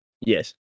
Yes